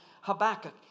Habakkuk